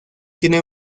tiene